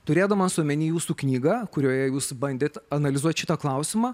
turėdamas omeny jūsų knyga kurioje jūs bandėt analizuot šitą klausimą